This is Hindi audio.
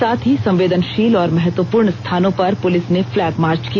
साथ हीं संवेदनशील और महत्वपूर्ण स्थानों पर पुलिस ने फ्लैग मार्च किया